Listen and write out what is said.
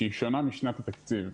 שהיא שונה משנת התקציב?